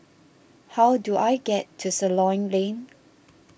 how do I get to Ceylon Lane